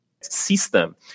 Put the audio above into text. system